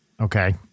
Okay